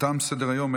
תם סדר-היום.